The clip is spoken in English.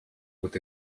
with